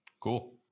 Cool